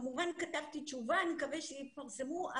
כמובן כתבתי תשובה ואני מקווה שיפרסמו אותה.